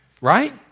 right